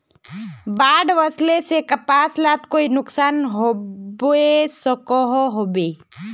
बाढ़ वस्ले से कपास लात कोई नुकसान होबे सकोहो होबे?